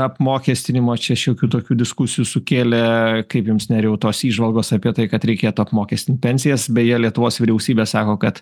apmokestinimo čia šiokių tokių diskusijų sukėlė kaip jums nerijau tos įžvalgos apie tai kad reikėtų apmokestint pensijas beje lietuvos vyriausybė sako kad